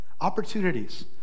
Opportunities